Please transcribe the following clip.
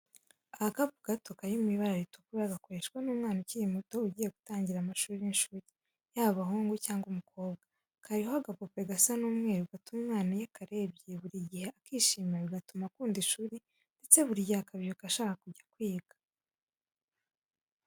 Agakapu gato kari mu ibara ritukura gakoreshwa n'umwana ukiri muto ugiye gutangira amashuri y'incuke yaba umuhungu cyangwa umukobwa, kariho agapupe gasa n'umweru gatuma umwana iyo akarebye buri gihe akishimira bigatuma akunda ishuri ndetse buri gihe akabyuka ashaka kujya kwiga.